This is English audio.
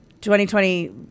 2020